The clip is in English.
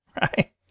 Right